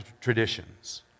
traditions